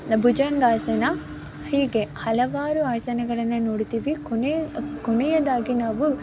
ಭುಜಂಗಾಸನ ಹೀಗೆ ಹಲವಾರು ಆಸನಗಳನ್ನು ನೋಡುತ್ತೀವಿ ಕೊನೆ ಕೊನೆಯದಾಗಿ ನಾವು